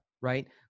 Right